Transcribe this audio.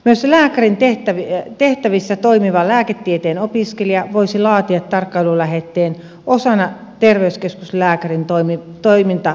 myös lääkärin tehtävissä toimiva lääketieteen opiskelija voisi laatia tarkkailulähetteen osana terveyskeskuslääkärin toimintavelvollisuutta